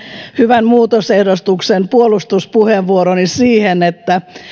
hyvän muutosehdotuksen puolustuspuheenvuoroni siihen että